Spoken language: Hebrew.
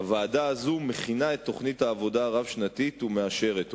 הוועדה הזו מכינה את תוכנית העבודה הרב-שנתית ומאשרת אותה.